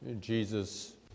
Jesus